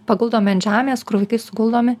paguldomi ant žemės kur vaikai suguldomi